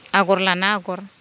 आगर लाना आगर